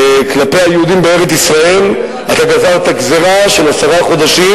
כלפי היהודים בארץ-ישראל אתה גזרת גזירה של עשרה חודשים,